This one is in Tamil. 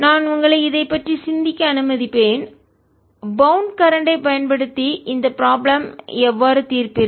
நான் உங்களை இதை பற்றி சிந்திக்க அனுமதிப்பேன் பௌன்ட் கட்டுப்படுத்தப்பட்ட கரண்ட் பயன்படுத்தி இந்த ப்ராப்ளம் ஐ எவ்வாறு தீர்ப்பீர்கள்